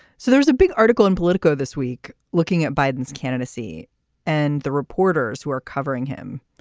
so there is a big article in politico this week looking at biden's candidacy and the reporters who are covering him.